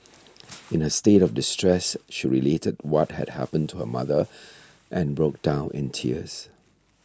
in her state of distress she related what had happened to her mother and broke down in tears